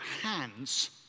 hands